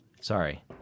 Sorry